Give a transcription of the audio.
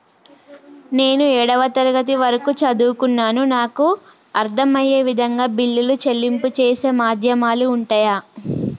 నేను ఏడవ తరగతి వరకు చదువుకున్నాను నాకు అర్దం అయ్యే విధంగా బిల్లుల చెల్లింపు చేసే మాధ్యమాలు ఉంటయా?